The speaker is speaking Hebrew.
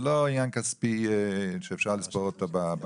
זה לא עניין כספי שאפשר לספור אותו בבנק.